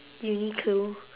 uniqlo